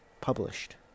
published